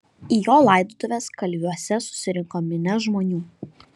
į jo laidotuves kalviuose susirinko minia žmonių